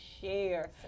share